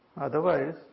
Otherwise